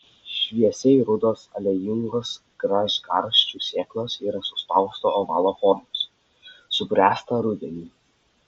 šviesiai rudos aliejingos gražgarsčių sėklos yra suspausto ovalo formos subręsta rudenį